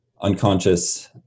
unconscious